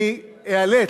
אני איאלץ,